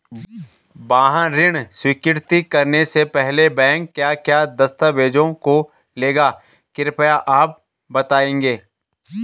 वाहन ऋण स्वीकृति करने से पहले बैंक क्या क्या दस्तावेज़ों को लेगा कृपया आप बताएँगे?